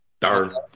darn